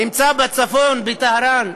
נמצא בצפון, בטהרן,